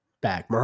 back